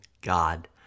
God